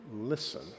listen